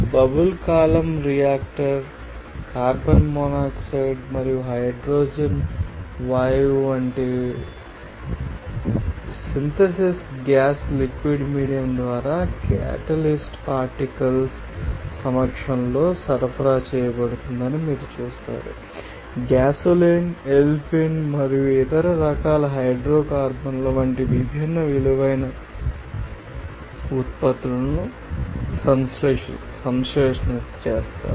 bubble column reactor carbon monoxide మరియు hydrogen వాయువు వంటి సైన్తేసిస్ గ్యాస్ లిక్విడ్ మీడియం ద్వారా క్యాటలిస్ట్ పార్టికల్స్ సమక్షంలో సరఫరా చేయబడుతుందని మీరు చూస్తారు గ్యాసోలిన్ ఎల్ఫిన్ మరియు ఇతర రకాల హైడ్రోకార్బన్ల వంటి విభిన్న విలువైన ఉత్పత్తులను సంశ్లేషణ చేస్తారు